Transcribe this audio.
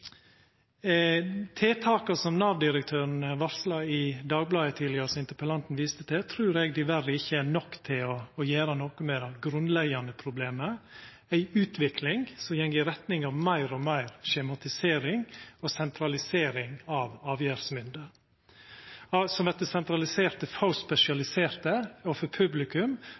Tiltaka som Nav-direktøren varsla i Dagbladet tidlegare, som interpellanten viste til, trur eg diverre ikkje er nok til å gjera noko med det grunnleggjande problemet: ei utvikling som går i retning av meir og meir skjematisering og sentralisering av avgjerdsmynde, som etter sentralisering vert for spesialiserte, og for publikum